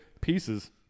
Pieces